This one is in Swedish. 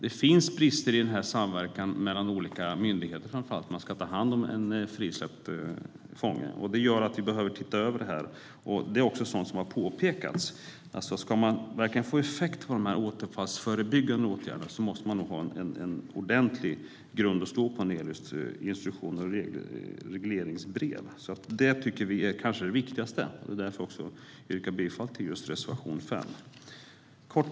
Det finns brister i samverkan mellan olika myndigheter framför allt när det gäller hur man ska ta hand om en frisläppt fånge. Det gör att vi behöver titta över det. Det är också sådant som har påpekats. Ska man verkligen få effekt av de återfallsförebyggande åtgärderna måste man ha en ordentligt grund att stå på när det gäller instruktioner och regleringsbrev. Det är kanske det viktigaste. Det är också därför som jag yrkar bifall till just reservation 5.